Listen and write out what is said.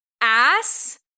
ass